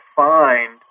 find